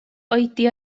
oedi